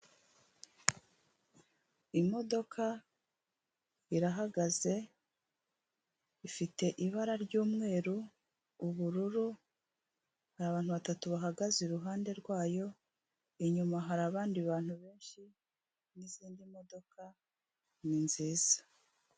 Imodoka irahagaze ifite ibara ry'umweru, ubururu hari abantu batatu bahagaze iruhande rwayo, inyuma hari abandi bantu benshi n'izindi modoka ni nziza.